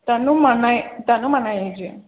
తను మన తను మన ఏజ్